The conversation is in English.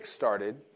kickstarted